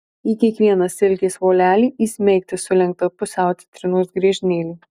į kiekvieną silkės volelį įsmeigti sulenktą pusiau citrinos griežinėlį